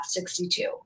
62